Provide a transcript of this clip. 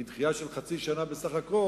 היא דחייה של חצי שנה בסך הכול,